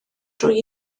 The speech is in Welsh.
drwy